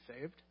saved